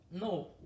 No